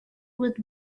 with